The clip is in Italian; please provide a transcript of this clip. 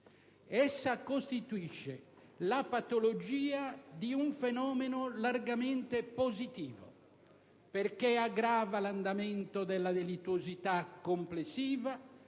Essa costituisce la patologia di un fenomeno largamente positivo, perché aggrava l'andamento della delittuosità complessiva,